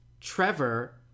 trevor